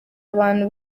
abantu